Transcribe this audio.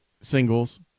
singles